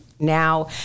now